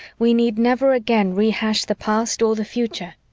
we need never again rehash the past or the future.